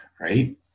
right